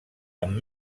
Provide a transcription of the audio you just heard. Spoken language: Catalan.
amb